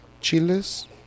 chiles